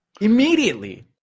immediately